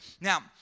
Now